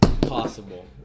Possible